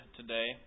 today